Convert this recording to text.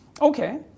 Okay